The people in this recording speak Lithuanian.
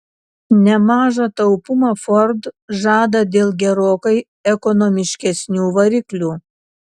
nemažą taupumą ford žada dėl gerokai ekonomiškesnių variklių